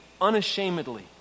unashamedly